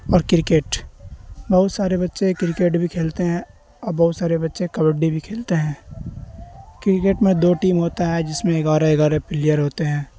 اور کرکٹ بہت سارے بچے کرکٹ بھی کھیلتے ہیں اور بہت سارے بچے کبڈی بھی کھیلتے ہیں کرکٹ میں دو ٹیم ہوتا ہے جس میں اگارہ اگارہ پلیئر ہوتے ہیں